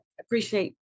appreciate